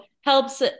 helps